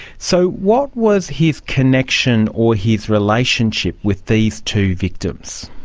so what was his connection or his relationship with these two victims?